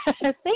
Thank